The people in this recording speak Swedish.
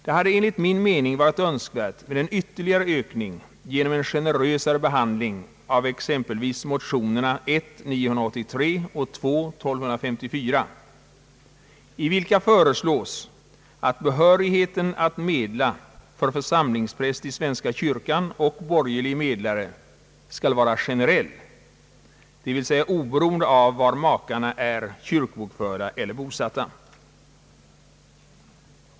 Det hade enligt min mening varit önskvärt med en ytterligare ökning, genom en generösare behandling av exempelvis motionerna 1:983 och II: 1254, i vilka föreslås att behörigheten att medla för församlingspräst i svenska kyrkan och borgerlig medlare skall vara generell, dvs. oberoende av var makarna är kyrkobokförda eller bosatta.